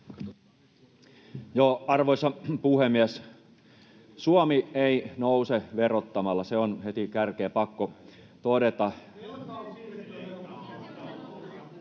Arvoisa puhemies! Suomi ei nouse verottamalla, se on heti kärkeen pakko todeta.